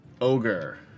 Ogre